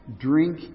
Drink